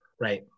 Right